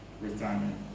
retirement